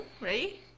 Ready